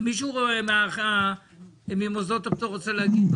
מישהו ממוסדות הפטור רוצה להגיב?